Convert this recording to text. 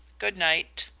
good night!